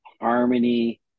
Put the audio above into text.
harmony